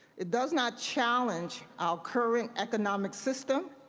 it does not challenge our current economic system.